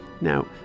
Now